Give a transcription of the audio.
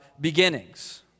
beginnings